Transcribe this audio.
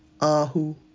Ahu